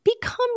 become